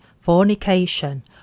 fornication